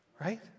Right